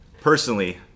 personally